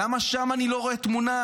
למה שם אני לא רואה תמונה?